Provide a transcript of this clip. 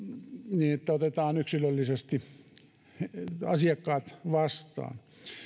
niin että otetaan yksilöllisesti asiakkaat vastaan